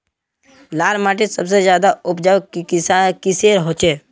लाल माटित सबसे ज्यादा उपजाऊ किसेर होचए?